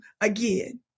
again